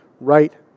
right